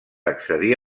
accedir